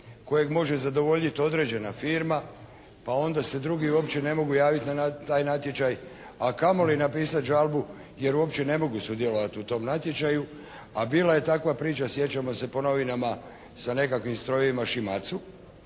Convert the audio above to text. kojeg može zadovoljiti određena firma pa onda se drugi uopće ne mogu javiti na taj natječaj, a kamoli napisati žalbu jer uopće ne mogu sudjelovati u tom natječaju, a bila je takva priča sjećamo se po novinama sa nekakvim strojevima "shimacu".